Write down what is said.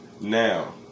Now